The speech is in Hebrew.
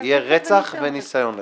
יהיה רצח וניסיון לרצח.